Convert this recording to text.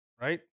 right